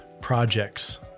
projects